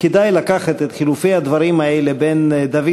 כדאי לקחת את חילופי הדברים האלה בין דוד